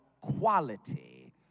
quality